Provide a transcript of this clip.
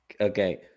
Okay